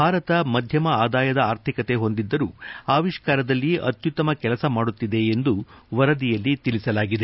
ಭಾರತ ಮಧ್ಯಮ ಆದಾಯದ ಆರ್ಥಿಕತೆ ಹೊಂದಿದ್ದರೂ ಆವಿಷ್ಕಾರದಲ್ಲಿ ಅತ್ಯುತ್ತಮ ಕೆಲಸ ಮಾಡುತ್ತಿದೆ ಎಂದು ವರದಿಯಲ್ಲಿ ತಿಳಿಸಲಾಗಿದೆ